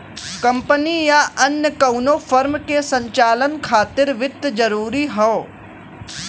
company या अन्य कउनो फर्म के संचालन खातिर वित्त जरूरी हौ